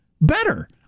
better